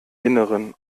innern